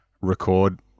record